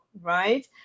right